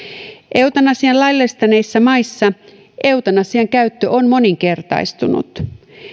eutanasian laillistaneissa maissa eutanasian käyttö on moninkertaistunut